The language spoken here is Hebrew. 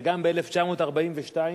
וגם ב-1942,